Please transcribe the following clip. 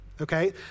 okay